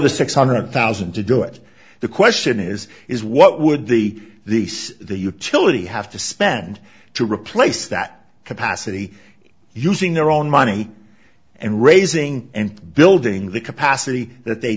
the six hundred thousand to do it the question is is what would the the the utility have to spend to replace that capacity using their own money and raising and building the capacity that they